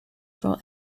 for